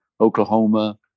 Oklahoma